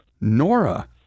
Nora